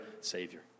Savior